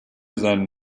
seinen